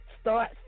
Start